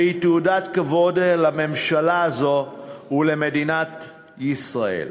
והיא תעודת כבוד לממשלה הזו ולמדינת ישראל.